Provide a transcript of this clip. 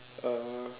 (uh huh)